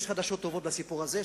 יש חדשות טובות בסיפור הזה,